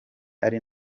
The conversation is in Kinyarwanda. ari